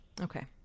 Okay